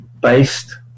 based